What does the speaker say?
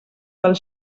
del